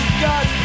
God